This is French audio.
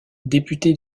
député